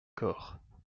corps